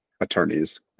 attorneys